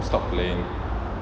stopped playing